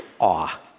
awe